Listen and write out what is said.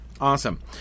Awesome